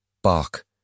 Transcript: Bark